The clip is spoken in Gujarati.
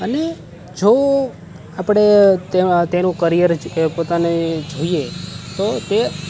અને જો આપણે તેનું કરિયર કે પોતાની જોઈએ તો તે